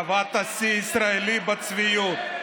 קבעת שיא ישראלי בצביעות.